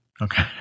Okay